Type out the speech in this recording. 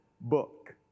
book